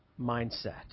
mindset